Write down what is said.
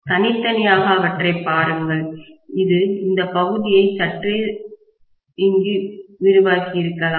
தனித்தனியாக அவற்றைப் பாருங்கள் இது இந்த பகுதியை சற்றே இங்கு விரிவாக்கியிருக்கலாம்